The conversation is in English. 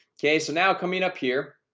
okay, so now coming up here